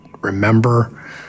remember